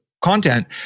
content